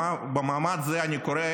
במעמד זה אני קורא,